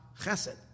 Chesed